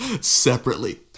separately